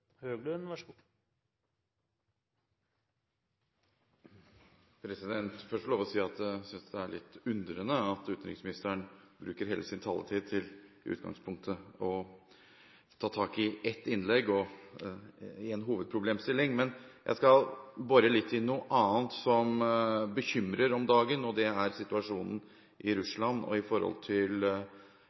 litt underlig at utenriksministeren bruker hele sin taletid til i utgangspunktet å ta tak i ett innlegg og én hovedproblemstilling. Men jeg skal bore litt i noe annet som bekymrer om dagen, og det er situasjonen i Russland, med hensyn til frivillige organisasjoner og enkeltpersoner som også Norge har hatt til